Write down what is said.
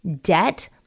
debt